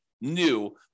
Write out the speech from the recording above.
new